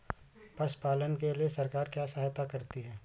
पशु पालन के लिए सरकार क्या सहायता करती है?